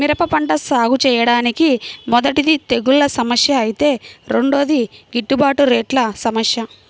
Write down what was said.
మిరప పంట సాగుచేయడానికి మొదటిది తెగుల్ల సమస్య ఐతే రెండోది గిట్టుబాటు రేట్ల సమస్య